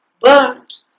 Burnt